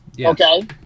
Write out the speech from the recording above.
okay